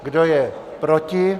Kdo je proti?